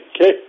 okay